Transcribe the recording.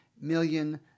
million